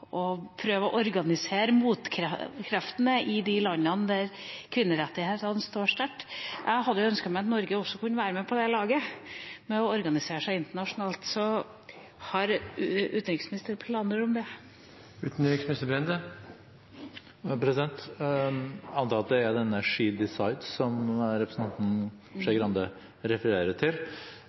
de landene der kvinnerettighetene står sterkt, for å prøve å organisere motkrefter. Jeg hadde ønsket at Norge også kunne være med på det laget og organisere seg internasjonalt. Har utenriksministeren planer om det? Jeg antar at det er «She Decides» som representanten Skei Grande refererer til.